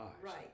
Right